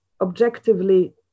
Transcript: objectively